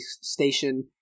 station